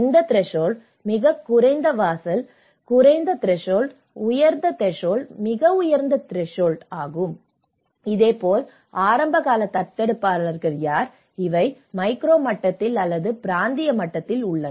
இந்த த்ரெஷோள்ட் மிகக் குறைந்த வாசல் குறைந்த த்ரெஷோள்ட் உயர் த்ரெஷோள்ட் மிக உயர்ந்த த்ரெஷோள்ட் இதேபோல் ஆரம்பகால தத்தெடுப்பாளர்கள் யார் இவை மேக்ரோ மட்டத்தில் அல்லது பிராந்திய மட்டத்தில் உள்ளன